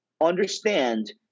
understand